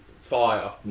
fire